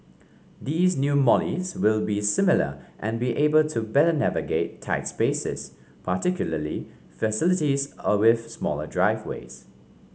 these new Mollies will be similar and be able to better navigate tight spaces particularly facilities with smaller driveways